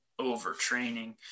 overtraining